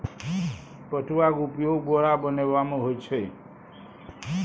पटुआक उपयोग बोरा बनेबामे होए छै